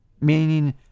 meaning